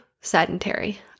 sedentary